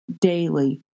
daily